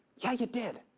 yeah, you did.